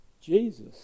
Jesus